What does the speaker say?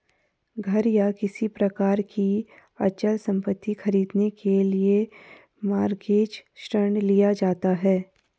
घर या किसी प्रकार की अचल संपत्ति खरीदने के लिए मॉरगेज ऋण लिया जाता है